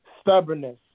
stubbornness